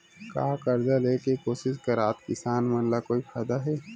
का कर्जा ले के कोशिश करात किसान मन ला कोई फायदा हे?